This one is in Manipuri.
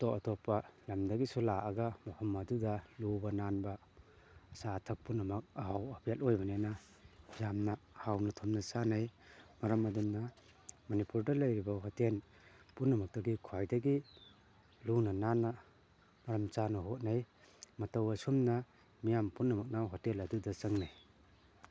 ꯑꯇꯣꯞ ꯑꯇꯣꯞꯄ ꯂꯝꯗꯒꯤꯁꯨ ꯂꯥꯛꯂꯒ ꯃꯐꯝ ꯑꯗꯨꯗ ꯂꯨꯕ ꯅꯥꯟꯕ ꯑꯆꯥ ꯑꯊꯛ ꯄꯨꯝꯅꯃꯛ ꯑꯍꯥꯎ ꯑꯄꯦꯠ ꯑꯣꯏꯕꯅꯤꯅ ꯌꯥꯝꯅ ꯍꯥꯎꯅ ꯊꯨꯝꯅ ꯆꯥꯅꯩ ꯃꯔꯝ ꯑꯗꯨꯅ ꯃꯅꯤꯄꯨꯔꯗ ꯂꯩꯔꯤꯕ ꯍꯣꯇꯦꯜ ꯄꯨꯝꯅꯃꯛꯇꯒꯤ ꯈ꯭ꯋꯥꯏꯗꯒꯤ ꯂꯨꯅ ꯅꯥꯟꯅ ꯃꯔꯝ ꯆꯥꯅ ꯍꯣꯠꯅꯩ ꯃꯇꯧ ꯑꯁꯨꯝꯅ ꯃꯤꯌꯥꯝ ꯄꯨꯝꯅꯃꯛꯅ ꯍꯣꯇꯦꯜ ꯑꯗꯨꯗ ꯆꯪꯅꯩ